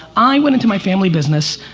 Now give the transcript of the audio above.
i went into my family business.